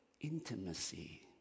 intimacy